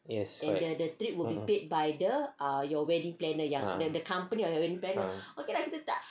yes correct ah ah